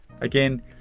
Again